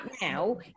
now